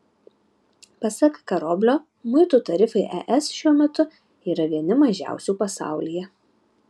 pasak karoblio muitų tarifai es šiuo metu yra vieni mažiausių pasaulyje